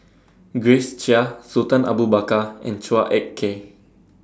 Grace Chia Sultan Abu Bakar and Chua Ek Kay